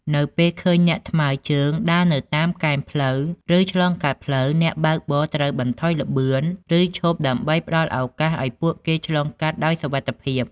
នៅពេលឃើញអ្នកថ្មើរជើងដើរនៅតាមគែមផ្លូវ ឬឆ្លងកាត់ផ្លូវ អ្នកបើកបរត្រូវបន្ថយល្បឿនឬឈប់ដើម្បីផ្តល់ឱកាសឱ្យពួកគេឆ្លងកាត់ដោយសុវត្ថិភាព។